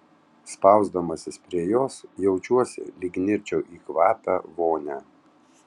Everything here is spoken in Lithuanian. spausdamasis prie jos jaučiuosi lyg nirčiau į kvapią vonią